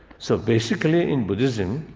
so basically in buddhism,